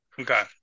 Okay